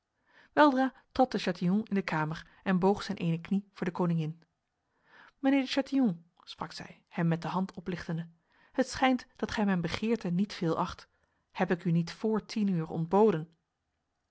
weldra trad de chatillon in de kamer en boog zijn ene knie voor de koningin mijnheer de chatillon sprak zij hem met de hand oplichtende het schijnt dat gij mijn begeerten niet veel acht heb ik u niet voor tien uur